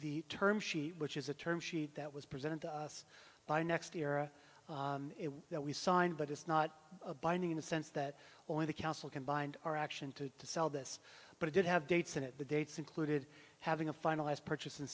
the term sheet which is a term sheet that was presented to us by next year that we signed but it's not a binding in the sense that only the council can bind our action to to sell this but it did have dates in it the dates included having a finalized purchase